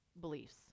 beliefs